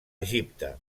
egipte